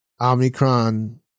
Omicron